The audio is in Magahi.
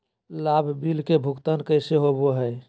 लाभ बिल के भुगतान कैसे होबो हैं?